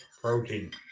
protein